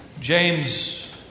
James